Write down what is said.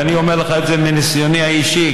ואני אומר לך את זה מניסיוני האישי,